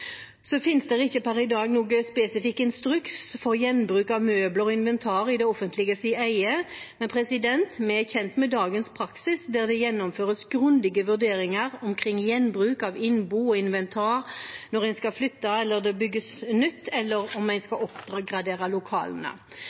Så finnes det ikke per i dag noen spesifikk instruks for gjenbruk av møbler og inventar i det offentliges eie, men vi er kjent med dagens praksis, der det gjennomføres grundige vurderinger omkring gjenbruk av innbo og inventar når man skal flytte, om det skal bygges nytt eller om man skal oppgradere lokalene.